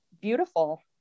beautiful